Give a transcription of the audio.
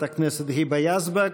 לחברת הכנסת היבה יזבק.